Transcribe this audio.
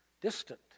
distant